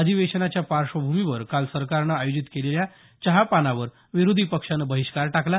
अधिवेशनाच्या पार्श्वभूमीवर काल सरकारनं आयोजित केलेल्या चहापानावर विरोधी पक्षानं बहिष्कार टाकला